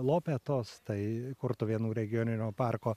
lopetos tai kurtuvėnų regioninio parko